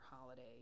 holiday